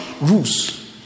rules